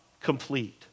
complete